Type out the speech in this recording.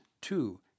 two